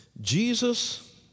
Jesus